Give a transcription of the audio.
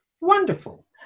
Wonderful